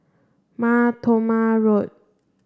Mar Thoma Road